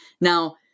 Now